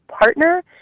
partner